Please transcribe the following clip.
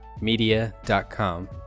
media.com